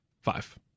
Five